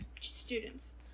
students